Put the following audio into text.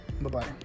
Bye-bye